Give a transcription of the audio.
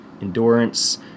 endurance